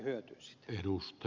arvoisa puhemies